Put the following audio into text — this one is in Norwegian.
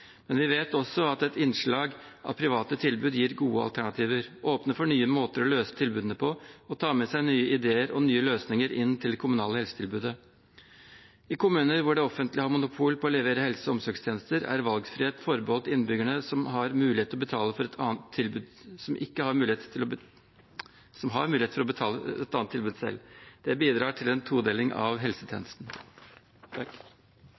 men vi vet også at et innslag av private tilbud gir gode alternativer, åpner for nye måter å løse tilbudene på og tar med seg nye ideer og nye løsninger inn til det kommunale helsetilbudet. I kommuner hvor det offentlige har monopol på å levere helse- og omsorgstjenester, er valgfrihet forbeholdt innbyggerne som har mulighet til å betale for et annet tilbud selv. Det bidrar til en todeling av helsetjenestene. For Fremskrittspartiet er det en grunnleggende rettighet å være sjef i eget liv – hele livet. Det